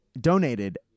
donated